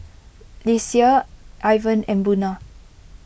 Lesia Ivan and Buna